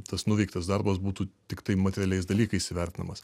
tas nuveiktas darbas būtų tiktai materialiais dalykais įvertinamas